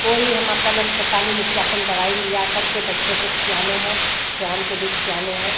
वो ही हम अपन अस्पताल में से अपन दवाई लिया करके बच्चों को खिलाने है सयान के भी खिलाने है